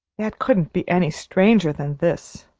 that couldn't be any stranger than this.